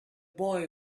boy